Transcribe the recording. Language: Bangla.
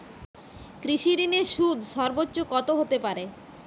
কৃষিঋণের সুদ সর্বোচ্চ কত হতে পারে?